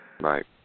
Right